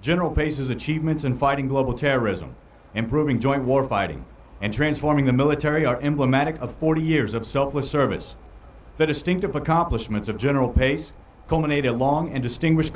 general pace's achievements in fighting global terrorism improving joint warfighting and transforming the military are emblematic of forty years of selfless service the distinct accomplishments of general pace culminated a long and distinguish